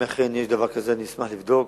אם אכן יש דבר כזה, אני אשמח לבדוק.